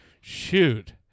Shoot